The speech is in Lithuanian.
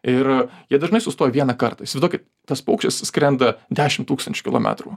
ir jie dažnai sustoja vieną kartą įsivaizduokit tas paukštis skrenda dešimt tūkstančių kilometrų